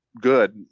good